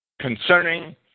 concerning